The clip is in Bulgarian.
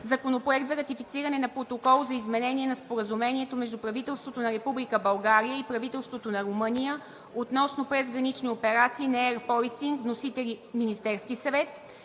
Законопроект за ратифициране на Протокола за изменение на Споразумението между правителството на Република България и правителството на Румъния относно презгранични операции за Air Policing. Вносител – Министерският съвет.